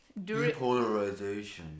Depolarization